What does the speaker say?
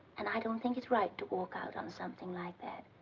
and i don't think it's right to walk out on something like that.